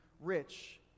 rich